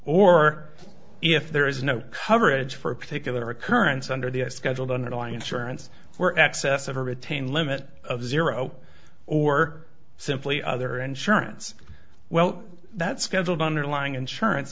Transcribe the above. or if there is no coverage for a particular occurrence under the scheduled underlying insurance where excess of a retain limit of zero or simply other insurance well that scheduled underlying insurance